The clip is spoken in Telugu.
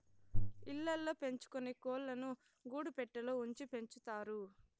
ఇళ్ళ ల్లో పెంచుకొనే కోళ్ళను గూడు పెట్టలో ఉంచి పెంచుతారు